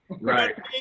right